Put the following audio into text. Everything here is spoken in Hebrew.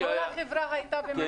גם אם המורה עוקב אחרי המסלול,